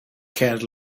care